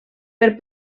per